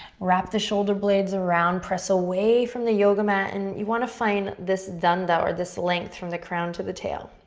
wrap the shoulder blades around, press away from the yoga mat. and you want to find this dundas or this length from the crown to the tail.